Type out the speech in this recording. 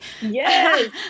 yes